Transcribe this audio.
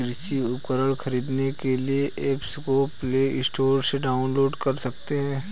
कृषि उपकरण खरीदने के लिए एप्स को प्ले स्टोर से डाउनलोड कर सकते हैं